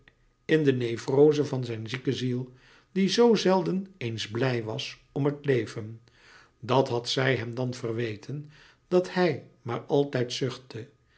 in de nevroze van zijn zieke ziel die zoo zelden eens blij was om het leven dat had zij hem dan verweten dat hij maar altijd zuchtte